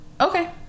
okay